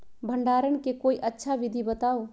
भंडारण के कोई अच्छा विधि बताउ?